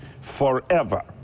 forever